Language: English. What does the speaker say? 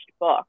book